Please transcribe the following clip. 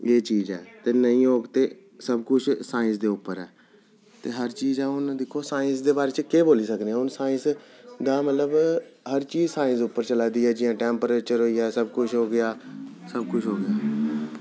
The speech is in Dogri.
एह् चीज़ ऐ ते नेईं होग ते सब कुछ साइंस दे उप्पर ऐ ते हर चीज़ हून दिक्खो साइंस दे बारे च केह् बोली सकने आं हून साइंस दा मतलब हर चीज़ साइंस उप्पर चला दी ऐ जि'यां टेम्परेचर होई गेआ सब कुछ हो गेआ सब कुछ हो गेआ